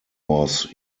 was